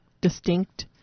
distinct